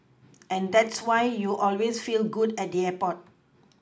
and that's why you always feel good at the airport